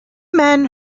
men